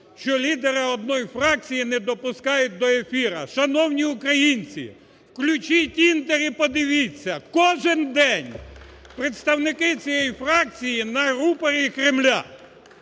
що лідера одної фракції не допускають до ефіру. Шановні українці, включіть "Інтер" і подивіться: кожен день представники цієї фракції на рупорі Кремля.